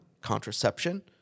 Contraception